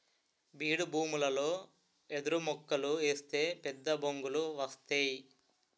బీడుభూములలో ఎదురుమొక్కలు ఏస్తే పెద్దబొంగులు వస్తేయ్